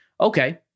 Okay